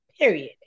Period